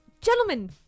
gentlemen